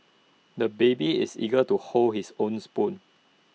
the baby is eager to hold his own spoon